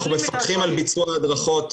אנחנו מפקחים על ביצוע ההדרכות,